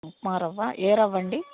ఉప్మా రవ ఏ రవ అండి